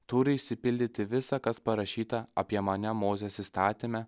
turi išsipildyti visa kas parašyta apie mane mozės įstatyme